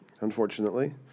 unfortunately